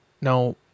Now